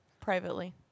Privately